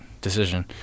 decision